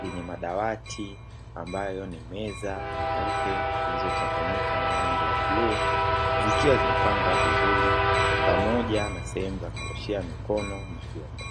yenye madawati ambayo ni meza nyeupe zilizochanganyika na rangi ya bluu; zikiwa zimepangwa vizuri pamoja na sehemu za kuoshea mikono na vyombo.